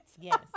Yes